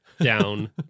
down